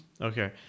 Okay